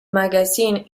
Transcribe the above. magazine